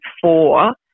four